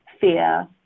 fear